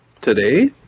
Today